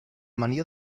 mania